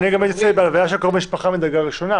אני גם הייתי מציין בהלוויה של קרוב משפחה מדרגה ראשונה.